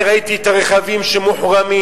אני ראיתי את הרכבים שמוחרמים.